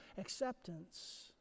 acceptance